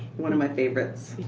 one of my favorites.